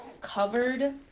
covered